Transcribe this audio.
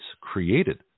created